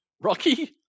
rocky